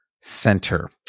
center